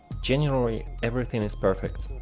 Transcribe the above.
generally, everything is perfect